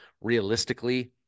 realistically